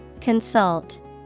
Consult